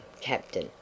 Captain